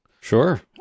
Sure